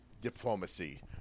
diplomacy